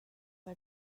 are